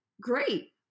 great